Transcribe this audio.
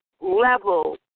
level